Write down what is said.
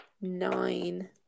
nine